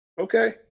okay